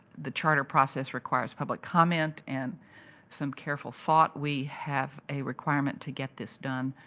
the charter process requires public comment and some careful thought. we have a requirement to get this done,